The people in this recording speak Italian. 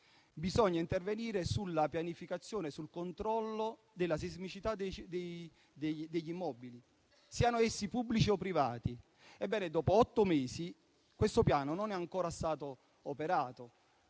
Bisogna intervenire sulla pianificazione, sul controllo della sismicità degli immobili, siano essi pubblici o privati. Ebbene, dopo otto mesi, questo piano non è ancora stato operato.